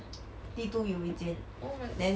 T two 有一间 then